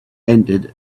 entered